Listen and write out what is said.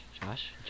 Josh